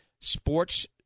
sports